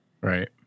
Right